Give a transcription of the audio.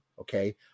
Okay